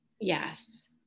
Yes